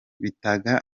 bitaga